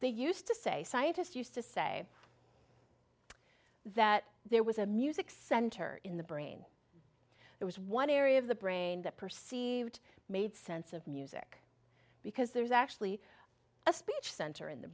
they used to say scientists used to say that there was a music center in the brain there was one area of the brain that perceived made sense of music because there's actually a speech center in the